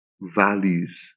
values